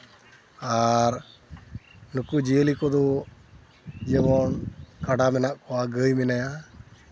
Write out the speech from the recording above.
ᱟᱨ ᱱᱩᱠᱩ ᱡᱤᱭᱟᱹᱞᱤ ᱠᱚᱫᱚ ᱡᱮᱢᱚᱱ ᱠᱟᱰᱟ ᱢᱮᱱᱟᱜ ᱠᱚᱣᱟ ᱜᱟᱹᱭ ᱢᱮᱱᱟᱭᱟ